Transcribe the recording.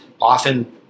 often